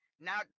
now